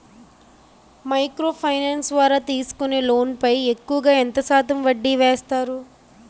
Micro finance ద్వారా తీసుకునే loan పై ఎక్కువుగా ఎంత శాతం వడ్డీ వేస్తారు?